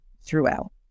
throughout